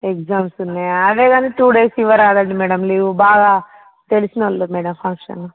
exams ఉన్నాయా అదే కానీ టూ డేస్ ఇవ్వరాదండి మేడం లీవు బాగా తెలిసిన వాళ్ళు మేడం ఫంక్షన్